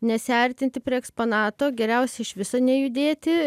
nesiartinti prie eksponato geriausia iš viso nejudėti